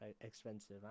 expensive